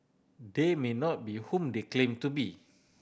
they may not be whom they claim to be